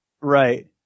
Right